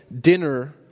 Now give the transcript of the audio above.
dinner